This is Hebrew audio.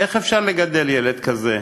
איך אפשר לגדל ילד כזה?